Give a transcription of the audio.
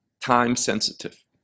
time-sensitive